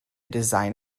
design